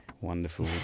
Wonderful